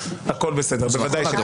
בוודאי שכן.